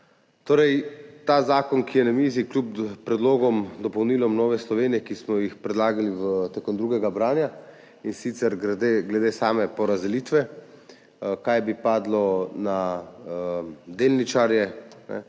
Ta zakon, ki je na mizi, kljub predlogom, dopolnilom Nove Slovenije, ki smo jih predlagali v drugemn branju, in sicer glede same porazdelitve, kaj bi padlo na delničarje,